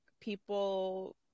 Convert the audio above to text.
people